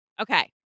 Okay